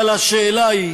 אבל השאלה היא